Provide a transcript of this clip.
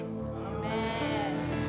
Amen